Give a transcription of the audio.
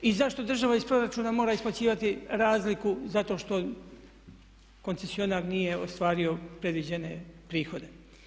I zašto država iz proračuna mora isplaćivati razliku zato što koncesionar nije ostvario predviđene prihode?